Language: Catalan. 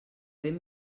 ben